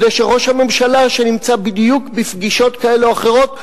כדי שראש הממשלה שנמצא בדיוק בפגישות כאלה או אחרות,